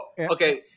Okay